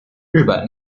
日本